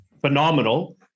phenomenal